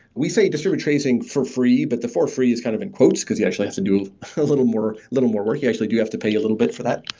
we say distributed sort of tracing for free, but the for free is kind of in quotes because you actually have to do a little more little more work. you actually do have to pay a little bit for that.